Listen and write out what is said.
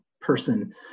person